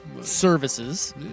services